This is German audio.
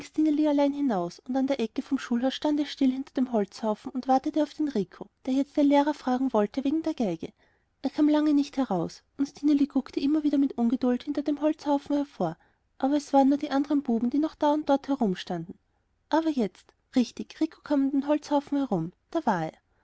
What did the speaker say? hinaus und an der ecke vom schulhaus stand es still hinter dem holzhaufen und wartete auf den rico der jetzt den lehrer fragen sollte wegen der geige er kam lange nicht heraus und stineli guckte immer wieder mit ungeduld hinter dem holze hervor aber es waren nur die anderen buben die noch da und dort herumstanden aber jetzt richtig rico kam um den holzhaufen herum da war er